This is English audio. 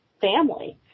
family